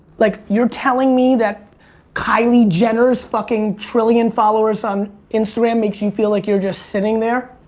like you're telling me that kylie jenner's fucking trillion followers on instagram makes you feel like you're just sitting there?